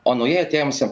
o naujai atėjusiem